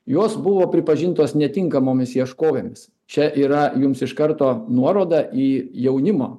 jos buvo pripažintos netinkamomis ieškovėmis čia yra jums iš karto nuoroda į jaunimo